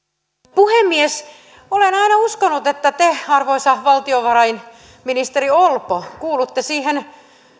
puhemies olen aina uskonut että te arvoisa valtiovarainministeri orpo kuulutte siihen